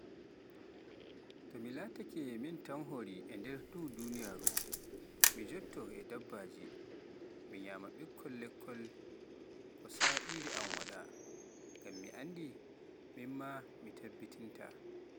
So mi laatake min tan horii e nder ndu'u duuniyaaru mi jootto e dabbaaji. Mi nyaama ɓikkol lekkol ko saa'iire am waɗa, ngam mi anndi miin maa mi tabbitintaa.